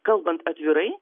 kalbant atvirai